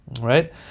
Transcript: right